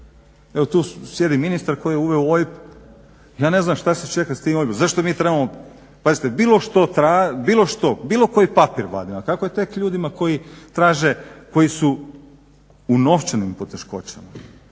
Evo tu sjedi ministar koji je uveo OIB, ja ne znam šta se čeka s tim OIB-om, zašto mi trebamo pazite bilo što, bilo koji papir … a kako je tek ljudima koji su u novčanim poteškoćama,